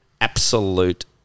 absolute